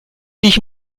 ich